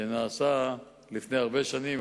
ותתקן את העוול שנעשה לאוכלוסייה הזאת.